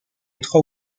trois